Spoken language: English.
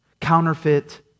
Counterfeit